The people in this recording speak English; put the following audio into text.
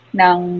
ng